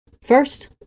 First